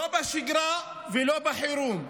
לא בשגרה ולא בחירום.